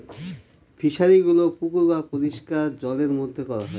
ফিশারিগুলো পুকুর বা পরিষ্কার জলের মধ্যে করা হয়